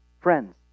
Friends